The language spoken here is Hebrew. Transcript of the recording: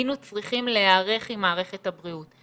היינו צריכים להיערך עם מערכת הבריאות.